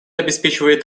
обеспечивает